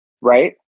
right